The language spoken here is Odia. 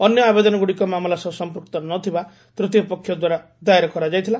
ଅନ୍ୟ ଆବେଦନଗୁଡ଼ିକ ମାମଲା ସହ ସମ୍ପ୍ରକ୍ତ ନଥିବା ତୂତୀୟ ପକ୍ଷ ଦ୍ୱାରା ଦାଏର କରାଯାଇଥିଲା